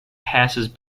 passes